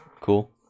cool